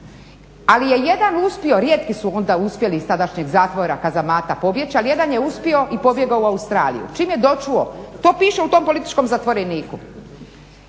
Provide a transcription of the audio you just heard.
ali je jedan uspio, rijetki su onda uspjeli iz tadašnjeg zatvora … pobjeći, ali jedan je uspio i pobjegao u Australiju. Čim je dočuo, to piše u tom političkom zatvoreniku